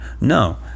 No